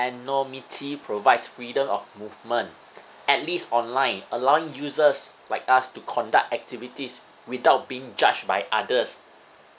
anonymity provides freedom of movement at least online allowing users like us to conduct activities without being judged by others